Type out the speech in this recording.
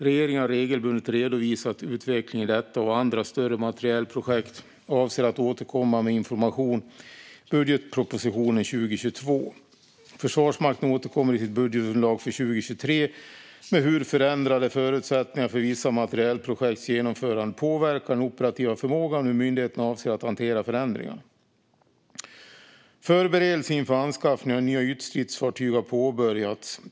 Regeringen har regelbundet redovisat utvecklingen i detta och andra större materielprojekt och avser att återkomma med information i budgetpropositionen för 2022. Försvarsmakten återkommer i sitt budgetunderlag för 2023 med hur förändrade förutsättningar för vissa materielprojekts genomförande påverkar den operativa förmågan och hur myndigheten avser att hantera förändringarna. Förberedelser inför anskaffning av nya ytstridsfartyg har påbörjats.